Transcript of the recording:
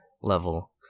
level